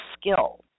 skill